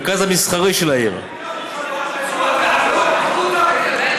הרבה בתי-קברות חיללו.